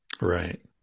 Right